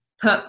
put